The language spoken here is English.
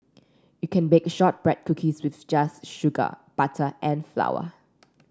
you can bake shortbread cookies with just sugar butter and flour